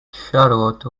charlotte